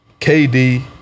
KD